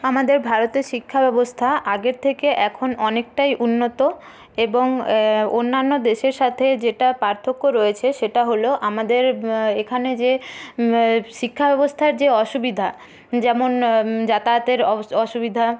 আমাদের ভারতে শিক্ষাব্যবস্থা আগের থেকে এখন অনেকটাই উন্নত এবং অন্যান্য দেশের সাথে যেটা পার্থক্য রয়েছে সেটা হলো আমাদের এখানে যে শিক্ষা ব্যবস্থার যে অসুবিধা যেমন যাতায়াতের অ অসুবিধা